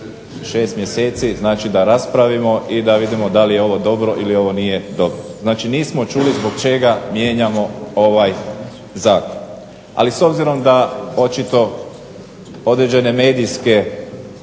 mjeseci, znači da raspravimo i da vidimo da li je ovo dobro ili ovo nije dobro. Znači, nismo čuli zbog čega mijenjamo ovaj Zakon. Ali s obzirom da očito određene medijske